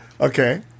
Okay